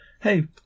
hey